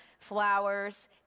flowers